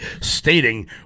stating